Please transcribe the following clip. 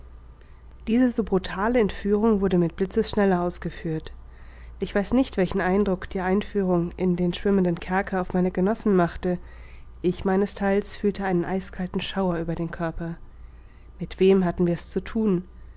diese so brutale entführung wurde mit blitzesschnelle ausgeführt ich weiß nicht welchen eindruck die einführung in den schwimmenden kerker auf meine genossen machte ich meines theils fühlte einen eiskalten schauer über den körper mit wem hatten wir's zu thun